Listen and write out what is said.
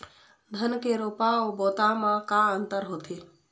धन के रोपा अऊ बोता म का अंतर होथे?